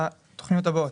לתוכניות הבאות: